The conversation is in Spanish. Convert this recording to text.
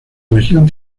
región